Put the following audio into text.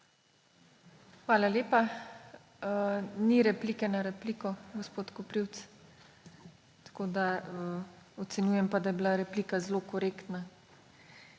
Hvala lepa. Ni replike na repliko, gospod Koprivc. Ocenjujem pa, da je bila replika zelo korektna.